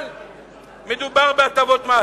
אבל מדובר בהטבות מס